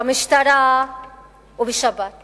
במשטרה ובשב"כ